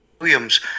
Williams